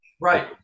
right